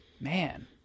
man